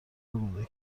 گنده